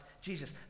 Jesus